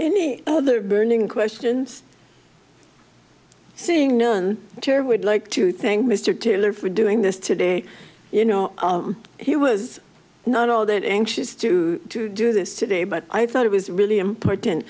any other burning questions seeing none here would like to thank mr taylor for doing this today you know he was not all that anxious to do this today but i thought it was really important